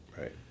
right